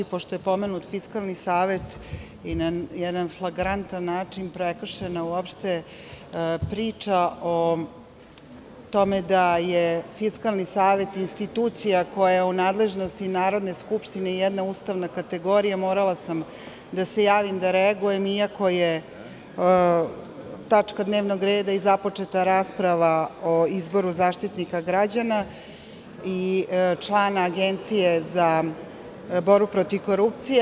Pošto je pomenut Fiskalni savet i na jedan flagrantan način prekršena uopšte priča o tome da je Fiskalni savet institucija koja je u nadležnosti Narodne skupštine jedna ustavna kategorija, morala sam da se javim da reagujem, iako je tačka dnevnog reda i započeta rasprava o izboru Zaštitnika građana i člana Agencije za borbu protiv korupcije.